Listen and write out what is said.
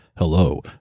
Hello